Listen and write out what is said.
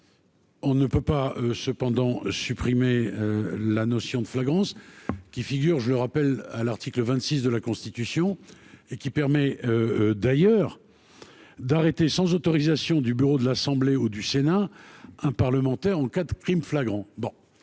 On ne peut pas cependant supprimé la notion de flagrance qui figure je le rappelle, à l'article 26 de la Constitution et qui permet d'ailleurs d'arrêter sans autorisation du bureau de l'Assemblée ou du Sénat, un parlementaire en quatre Crime flagrant,